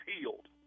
healed